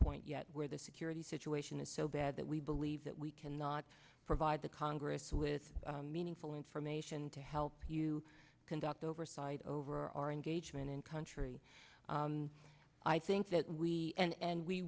point yet where the security situation is so bad that we believe that we cannot provide the congress with meaningful information to help you conduct oversight over our engagement in country i think that we and